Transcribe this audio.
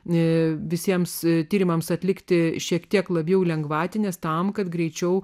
ne visiems tyrimams atlikti šiek tiek labiau lengvatinės tam kad greičiau